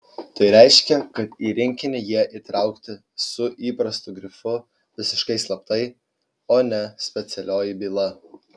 tai reiškė kad į rinkinį jie įtraukti su įprastu grifu visiškai slaptai o ne specialioji byla